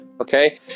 Okay